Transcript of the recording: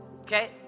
Okay